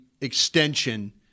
extension